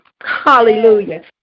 hallelujah